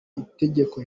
itegeko